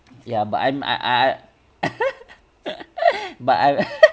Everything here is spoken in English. ya but I'm I I but I